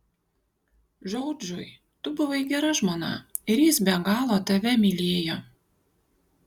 džordžui tu buvai gera žmona ir jis be galo tave mylėjo